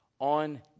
on